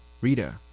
Rita